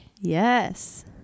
yes